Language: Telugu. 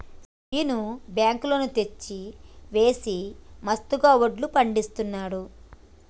శీను బ్యాంకు లోన్ తెచ్చి వేసి మస్తుగా వడ్లు పండిస్తున్నాడు